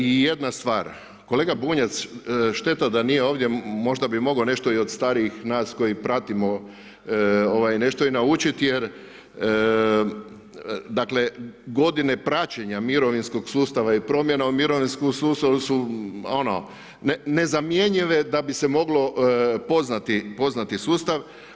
I jedna stvar, kolega Bunjac, šteta da nije ovdje možda bi mogao nešto i od starijih nas koji pratimo nešto i naučiti jer dakle godine praćenja mirovinskog sustava i promjena u mirovinskom sustavu su ono nezamjenjive da bi se moglo poznati sustav.